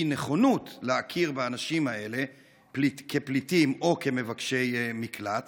נכונות להכיר באנשים האלה כפליטים או כמבקשי מקלט,